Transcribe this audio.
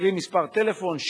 קרי מספר טלפון,